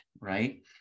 right